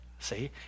see